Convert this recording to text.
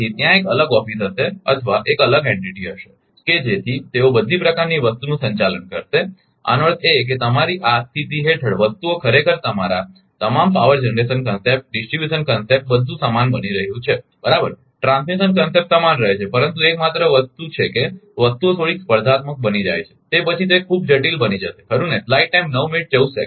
તેથી ત્યાં એક અલગ ઓફિસ હશે અથવા એક અલગ એન્ટિટી હશે કે જેથી તેઓ બધી પ્રકારની વસ્તુનું સંચાલન કરશે આનો અર્થ એ કે તમારી આ સ્થિતિ હેઠળ વસ્તુઓ ખરેખર તમામ power generation concept distribution concept તે બધું સમાન બની રહે છે બરાબર ટ્રાન્સમિશન કન્સેપ્ટ સમાન રહે છે પરંતુ એકમાત્ર વસ્તુ એ છે કે વસ્તુઓ થોડીક સ્પર્ધાત્મક બની જાય છે તે પછી તે ખૂબ જટિલ બની જશે ખરુ ને